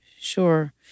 Sure